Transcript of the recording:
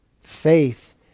Faith